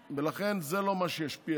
ולכן זה לא מה שישפיע,